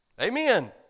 Amen